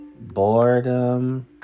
boredom